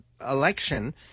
election